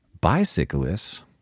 bicyclists